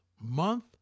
month